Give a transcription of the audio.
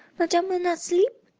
madame will not sleep?